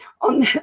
on